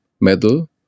Metal